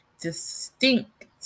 distinct